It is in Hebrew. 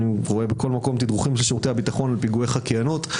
בכל מקום יש תדרוכים של שירותי הביטחון על פיגועי חקיינות,